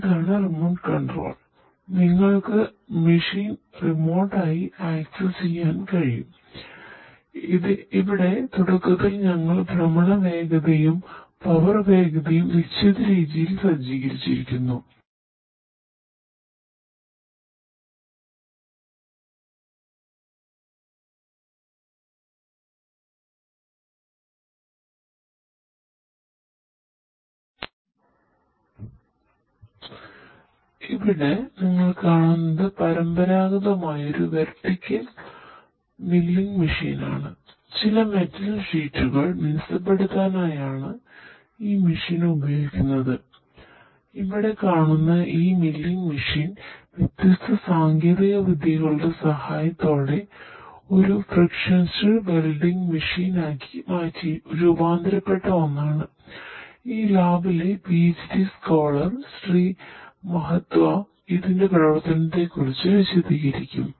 ഇവിടെ നിങ്ങൾ കാണുന്നത് പരമ്പരാഗതമായ ഒരു വെർട്ടിക്കൽ മില്ലിങ് മെഷീനാണ് ഇതിന്റെ പ്രവർത്തനത്തെക്കുറിച്ച് വിശദീകരിക്കും